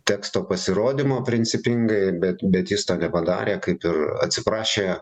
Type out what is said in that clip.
teksto pasirodymo principingai bet bet jis to nepadarė kaip ir atsiprašė